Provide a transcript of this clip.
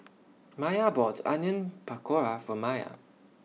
Miah bought Onion Pakora For Miah